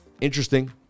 Interesting